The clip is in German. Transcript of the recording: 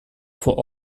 vor